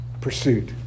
Pursuit